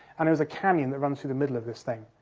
and there's a canyon that runs through the middle of this thing.